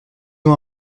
ont